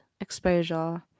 exposure